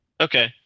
Okay